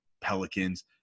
Pelicans